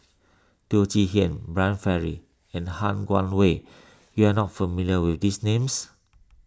Teo Chee Hean Brian Farrell and Han Guangwei you are not familiar with these names